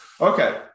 Okay